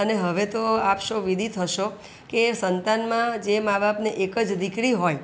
અને હવે તો આપ સહુ વિદિત હશો કે સંતાનમાં જે મા બાપને એક જ દીકરી હોય